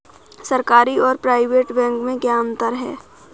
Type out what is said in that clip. सरकारी और private bank में क्या अंतर है?